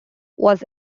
was